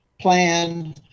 plan